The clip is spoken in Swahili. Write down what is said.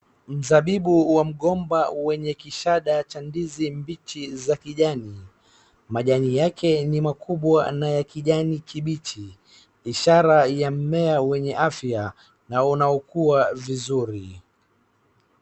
Mzabibu wa mgomba wenye kishada cha ndizi mbichi za kijani. Majani yake ni makubwa na ya kijani kibichi, ishara ya mmea wenye afya na unaokua vizuri.